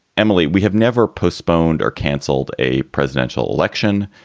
emily, we have never postponed or canceled a presidential election.